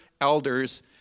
elders